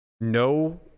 no